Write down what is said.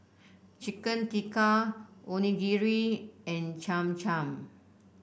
Chicken Tikka Onigiri and Cham Cham